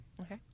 Okay